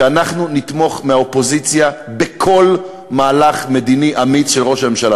שאנחנו נתמוך מהאופוזיציה בכל מהלך מדיני אמיץ של ראש הממשלה,